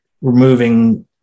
removing